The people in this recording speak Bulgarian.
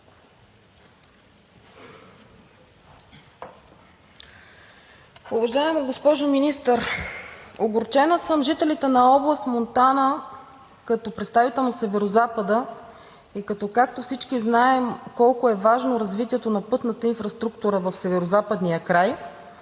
Уважаема госпожо Министър, огорчена съм – жителите на област Монтана, като представител на Северозапада – всички знаем колко е важно развитието на пътната инфраструктура в Северозападния край,